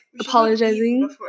apologizing